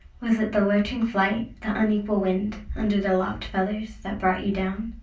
was it the lurching flight, the unequal wind under the lopped feathers that brought you down,